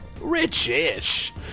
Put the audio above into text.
Rich-ish